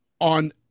on